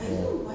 oh